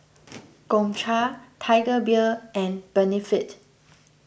Gongcha Tiger Beer and Benefit